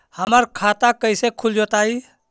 हमर खाता कैसे खुल जोताई?